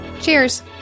Cheers